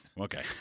Okay